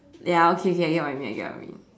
ya okay okay I get what you mean I get what you mean